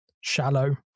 shallow